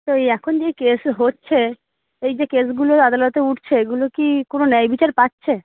তো এখন যে এই কেস হচ্ছে এই যে কেসগুলো আদালতে উঠছে এগুলো কি কোনো ন্যায়বিচার পাচ্ছে